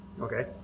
Okay